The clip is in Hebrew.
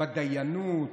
בדיינות,